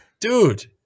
dude